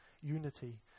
unity